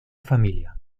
familia